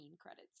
credits